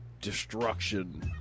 destruction